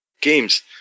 games